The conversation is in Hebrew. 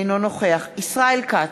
אינו נוכח ישראל כץ,